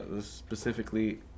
specifically